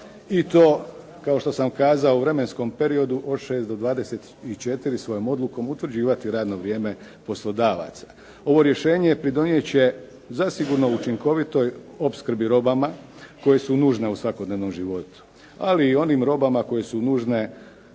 i to kao što sam kazao u vremenskom periodu od 6 do 24, svojom odlukom utvrđivati radno vrijeme poslodavaca. Ovo rješenje pridonijeti će zasigurno učinkovitoj opskrbi robama koje su nužne u svakodnevnom životu, ali i onim robama koje su nužne,